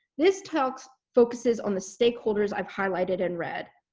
this talk so focuses on the stakeholders i've highlighted in red.